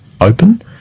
open